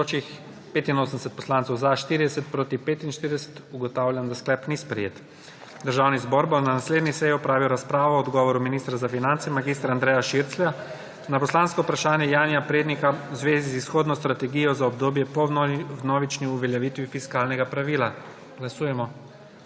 (Za je glasovalo 40.) (Proti 45.) Ugotavljam, da sklep ni sprejet. Državni zbor bo na naslednji seji opravil razpravo o odgovoru ministra za finance mag. Andreja Širclja na poslansko vprašanje Janija Prednika v zvezi z izhodno strategijo za obdobje po vnovični uveljavitvi fiskalnega pravila. Glasujemo.